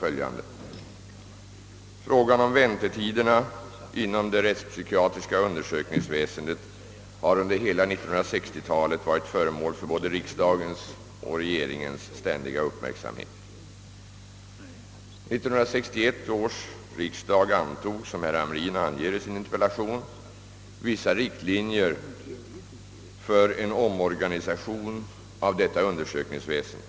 Frågan om väntetiderna inom det rättspsykiatriska undersökningsväsendet har under hela 1960-talet varit föremål för både riksdagens och regeringens ständiga uppmärksamhet. 1961 års höstriksdag antog, som herr Hamrin anger i sin interpellation, vissa riktlinjer för en omorganisation av detta undersökningsväsende.